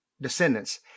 descendants